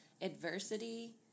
adversity